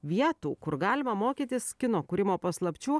vietų kur galima mokytis kino kūrimo paslapčių